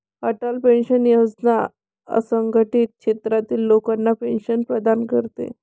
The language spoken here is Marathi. अटल पेन्शन योजना असंघटित क्षेत्रातील लोकांना पेन्शन प्रदान करते